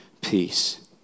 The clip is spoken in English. peace